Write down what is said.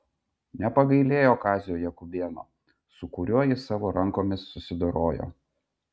nepagailėjo kazio jakubėno su kuriuo jis savo rankomis susidorojo